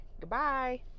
Goodbye